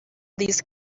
these